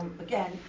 again